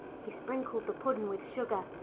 he sprinkled the puddin' with sugar,